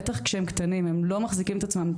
בטח כשהם קטנים הם לא מחזיקים את עצמם.